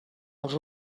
els